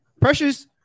Precious